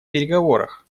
переговорах